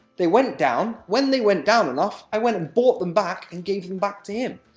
they went down, when they went down enough, i went and bought them back, and gave them back to him.